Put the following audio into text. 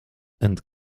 and